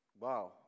wow